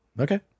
okay